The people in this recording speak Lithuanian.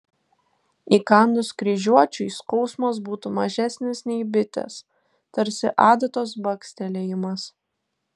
įkandus kryžiuočiui skausmas būtų mažesnis nei bitės tarsi adatos bakstelėjimas